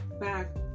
back